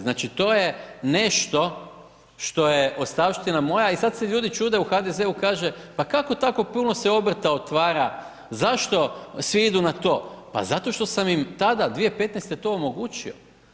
Znači to je nešto što je ostavština moja i sad se ljudi čude u HDZ-u kaže, pa kako tako puno se obrta otvara, zašto svi idu na to, pa zato što sam im tada 2015. to omogućio.